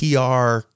PR